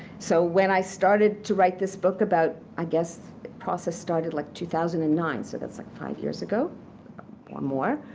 so when i started to write this book about i guess the process started like two thousand and nine. so that's like five years ago or more.